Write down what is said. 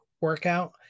workout